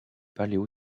paléo